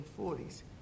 1940s